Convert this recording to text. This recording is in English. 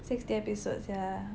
sixteen episode sia